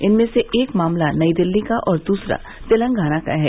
इनमें से एक मामला नई दिल्ली और दूसरा तेलंगाना का है